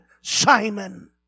Simon